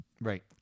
right